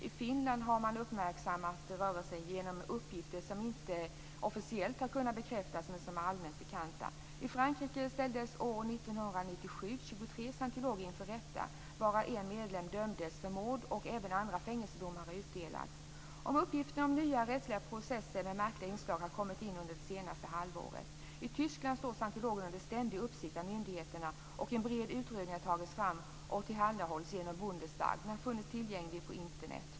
I Finland har man uppmärksammat rörelsen genom uppgifter som inte officiellt har kunnat bekräftas men som är allmänt bekanta. År 1997 ställdes i Frankrike 23 scientologer inför rätta, varav en medlem dömdes för mord, och även andra fängelsedomar har utdelats. Uppgifter om nya rättsliga processer med märkliga inslag har kommit in under det senaste halvåret. I Tyskland står scientologerna under ständig uppsikt av myndigheterna, och en bred utredning har tagits fram och tillhandahålls genom Bundestag; den har funnits tillgänglig på Internet.